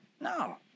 No